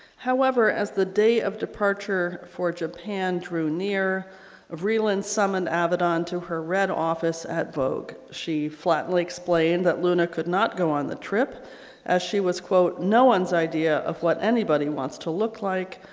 however as the day of departure for japan drew near vreeland summoned avedon to her red office at vogue. she flatly explained that luna could not go on the trip as she was quote no one's idea of what anybody wants to look like.